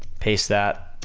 paste that,